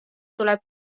tuleb